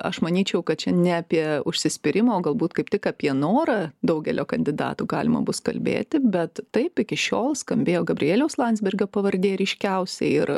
aš manyčiau kad čia ne apie užsispyrimą o galbūt kaip tik apie norą daugelio kandidatų galima bus kalbėti bet taip iki šiol skambėjo gabrieliaus landsbergio pavardė ryškiausiai ir